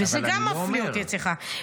וזה גם מפליא אותי אצלך.